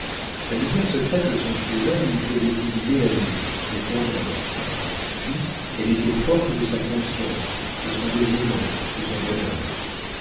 la misère secrète de son cousin lui faisait oublier la nuit les convenances puis elle était forte de sa conscience de son dévouement de son bonheur